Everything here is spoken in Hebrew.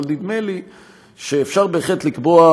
אבל נדמה לי שאפשר בהחלט לקבוע,